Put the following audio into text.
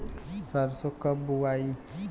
सरसो कब बोआई?